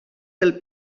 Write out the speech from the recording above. del